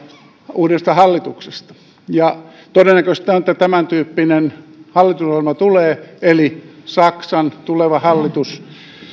uudesta hallituksesta ja todennäköistä on että tämäntyyppinen hallitusohjelma tulee eli saksan tuleva hallitus